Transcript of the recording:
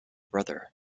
brother